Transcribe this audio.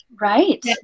right